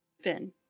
Finn